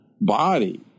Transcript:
body